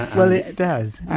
well it does.